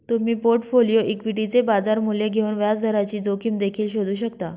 तुम्ही पोर्टफोलिओ इक्विटीचे बाजार मूल्य घेऊन व्याजदराची जोखीम देखील शोधू शकता